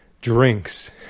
drinks